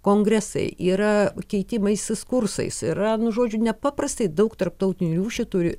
kongresai yra keitimaisis kursais yra nu žodžiu nepaprastai daug tarptautinių rūšių turi